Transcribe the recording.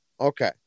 Okay